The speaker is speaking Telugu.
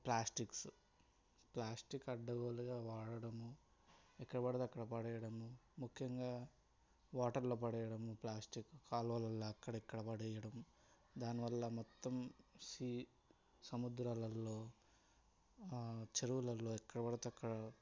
ప్లాస్టిక్స్ ప్లాస్టిక్ అడ్డగోలుగా వాడడము ఎక్కడపడితే అక్కడ పడేయడము ముఖ్యంగా వాటర్లో పడేయడము ప్లాస్టిక్ కాలువలలో అక్కడ ఇక్కడ పడేయడం దానివల్ల మొత్తం సీ సముద్రాలల్లో చెరువులల్లో ఎక్కడపడితే అక్కడ